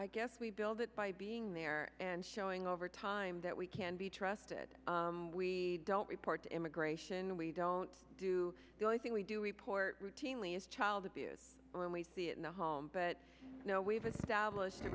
i guess we build it by being there and showing over time that we can be trusted we don't report immigration we don't do anything we do report routinely is child abuse and we see it in the home but we've established a